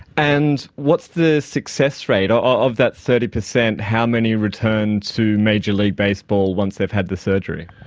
and what's the success rate? of that thirty percent, how many return to major league baseball once they've had the surgery?